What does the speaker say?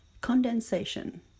Condensation